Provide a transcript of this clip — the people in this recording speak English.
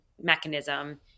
mechanism